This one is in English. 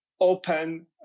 open